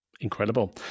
Incredible